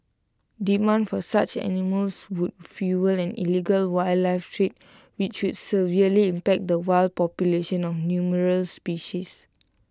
demand for such animals would fuel an illegal wildlife trade which would severely impact the wild populations of numerous species